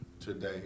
today